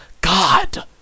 God